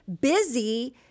Busy